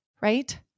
right